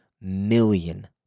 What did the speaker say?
million